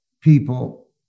people